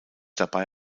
dabei